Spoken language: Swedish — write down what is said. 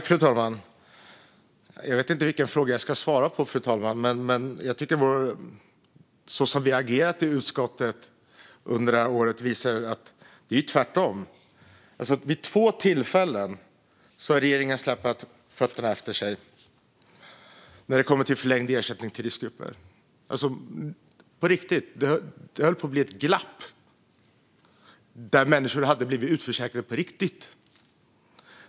Fru talman! Jag vet inte vilken fråga jag ska svara på, fru talman, men jag tycker att vårt agerande i utskottet under det här året visar att det är tvärtom. Vid två tillfällen har regeringen släpat fötterna efter sig när det kommer till förlängd ersättning till riskgrupper. Det höll på att bli ett glapp där människor hade blivit utförsäkrade på riktigt.